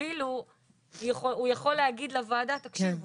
אפילו הוא יכול להגיד לוועדה 'תקשיבו,